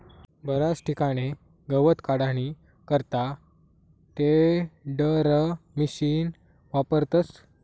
बराच ठिकाणे गवत काढानी करता टेडरमिशिन वापरतस